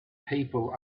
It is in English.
people